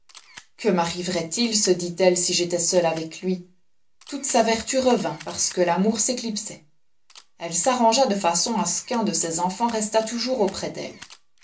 que marriverait il se dit-elle si j'étais seule avec lui toute sa vertu revint parce que l'amour s'éclipsait elle s'arrangea de façon à ce qu'un de ses enfants restât toujours auprès d'elle